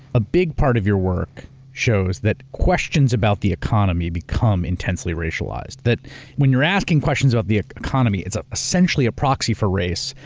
a big part of your work shows that questions about the economy become intensely racialized, that when you're asking questions about the economy, it's ah essentially a proxy for race,